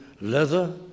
leather